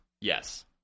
yes